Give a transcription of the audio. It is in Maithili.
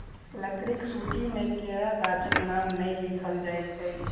लकड़ीक सूची मे केरा गाछक नाम नै लिखल जाइत अछि